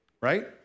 Right